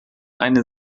eine